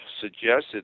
suggested